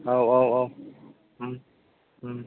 औ औ औ